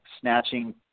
snatching